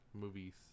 movies